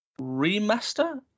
remaster